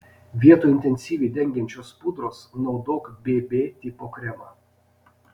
vietoje intensyviai dengiančios pudros naudok bb tipo kremą